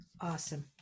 Awesome